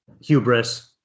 hubris